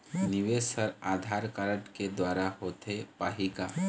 निवेश हर आधार कारड के द्वारा होथे पाही का?